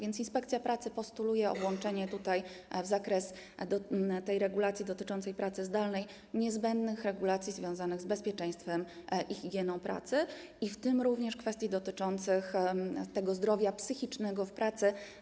Inspekcja pracy postuluje włączenie w zakres regulacji dotyczącej pracy zdalnej niezbędnych regulacji związanych z bezpieczeństwem i higieną pracy, w tym również kwestii dotyczących zdrowia psychicznego w pracy.